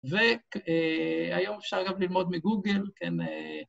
והיום אפשר, אגב, ללמוד מגוגל, כן?